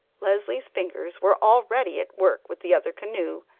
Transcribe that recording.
leslie's fingers were already at work with the other canoe,